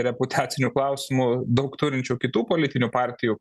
reputacinių klausimų daug turinčių kitų politinių partijų